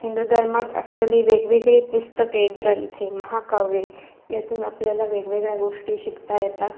हिंदू धर्मात असलेली वेगवेगळी पुस्तके ग्रंथे महाकाव्ये यातून आपल्याला वेगवेगळ्या गोष्टी शिकता येतात